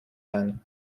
ein